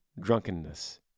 drunkenness